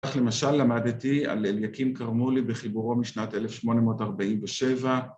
‫כך למשל למדתי על אליקים כרמולי ‫בחיבורו משנת 1847.